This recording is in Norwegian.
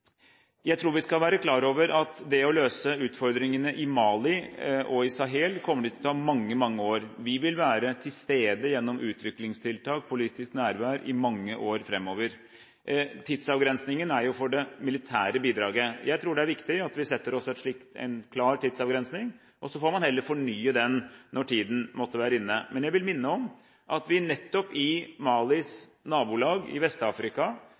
Jeg tror vi skal være klar over at det å løse utfordringene i Mali og Sahel kommer til å ta mange år. Vi vil være til stede gjennom utviklingstiltak og politisk nærvær i mange år fremover. Tidsavgrensningen er jo for det militære bidraget. Jeg tror det er viktig at vi setter en klar tidsavgrensning, og så får man heller fornye den når tiden måtte være inne. Men jeg vil minne om at vi nettopp i Malis nabolag i